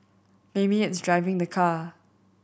maybe it's driving the car